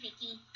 Vicky